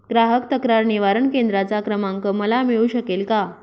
ग्राहक तक्रार निवारण केंद्राचा क्रमांक मला मिळू शकेल का?